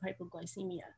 hypoglycemia